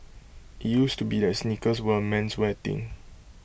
IT used to be that sneakers were A menswear thing